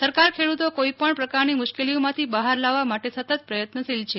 સરકાર ખેડૂતો કોઇપણ પ્રકારની મુ શ્કેલીઓમાંથી બહાર લાવવા માટે સતત પ્રયત્નશીલ છે